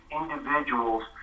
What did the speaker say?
individuals